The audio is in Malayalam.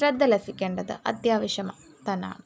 ശ്രദ്ധ ലഭിക്കേണ്ടത് അത്യാവശ്യമാണ് തന്നാണ്